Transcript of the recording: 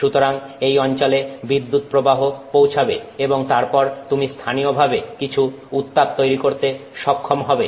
সুতরাং এই অঞ্চলে বিদ্যুৎপ্রবাহ পৌঁছাবে এবং তারপর তুমি স্থানীয়ভাবে কিছু উত্তাপ তৈরি করতে সক্ষম হবে